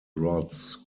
rods